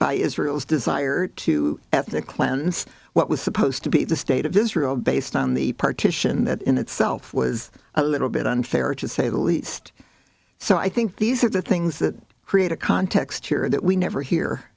by israel's desire to ethnic lands what was supposed to be the state of israel based on the partition that in itself was a little bit unfair to say the least so i think these are the things that create a context here that we never hear